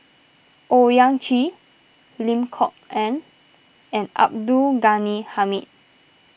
Owyang Chi Lim Kok Ann and Abdul Ghani Hamid